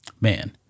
Man